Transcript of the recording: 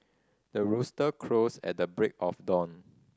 the rooster crows at the break of dawn